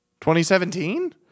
2017